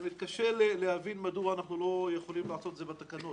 מתקשה להבין מדוע אנחנו לא יכולים לעשות את זה בתקנות.